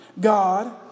God